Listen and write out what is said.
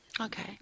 Okay